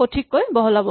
সঠিককৈ বহলাব